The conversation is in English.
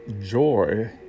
joy